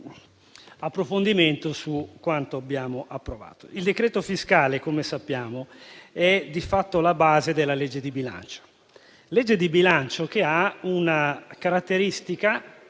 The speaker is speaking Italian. approfondimento su quanto abbiamo approvato. Il decreto fiscale - come sappiamo - è di fatto la base della legge di bilancio, la quale ha una caratteristica,